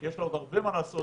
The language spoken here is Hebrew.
יש לה עוד הרבה מה לעשות